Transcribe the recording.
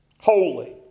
holy